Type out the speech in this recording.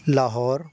Lahore